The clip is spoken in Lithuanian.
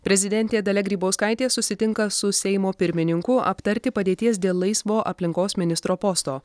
prezidentė dalia grybauskaitė susitinka su seimo pirmininku aptarti padėties dėl laisvo aplinkos ministro posto